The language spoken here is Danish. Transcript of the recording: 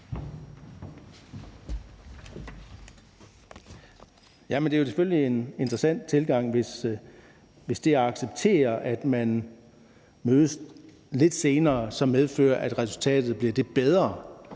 Det er selvfølgelig en interessant tilgang, hvis det at acceptere, at man mødes lidt senere, så medfører, at resultatet bliver det bedre.